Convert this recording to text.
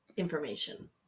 information